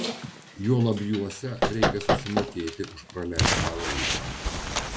juolab juose reikia susimokėti už praleistą laiką